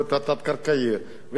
יש המון אופציות.